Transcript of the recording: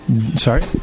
Sorry